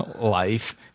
Life